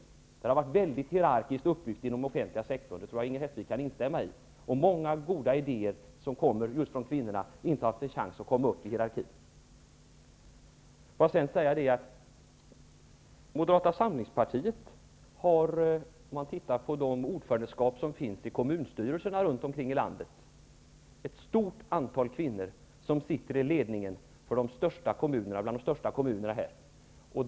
Den offentliga sektorn har varit väldigt hierarkiskt uppbyggd, det tror jag att Inger Hestvik kan instämma i, och många goda idéer som har kommit just från kvinnorna har inte haft en chans att komma upp i hierarkin. Moderata samlingspartiet har ett stort antal kvinnor som sitter i ledningen för kommunstyrelserna i de största kommunerna runt om i landet.